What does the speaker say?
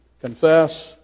confess